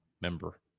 Member